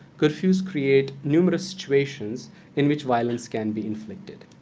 curfews create numerous situations in which violence can be inflicted.